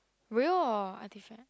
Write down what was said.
real or artifact